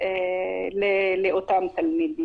יישאר רק קולך.